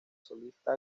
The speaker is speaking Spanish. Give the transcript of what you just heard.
solista